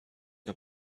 the